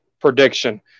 prediction